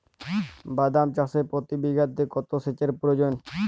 বাদাম চাষে প্রতি বিঘাতে কত সেচের প্রয়োজন?